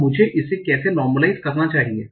अब मुझे इसे कैसे नोर्मलाइस करना चाहिए